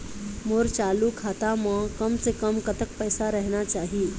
मोर चालू खाता म कम से कम कतक पैसा रहना चाही?